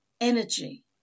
energy